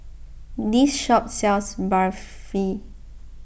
this shop sells Barfi